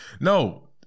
no